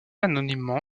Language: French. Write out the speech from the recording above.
anonymement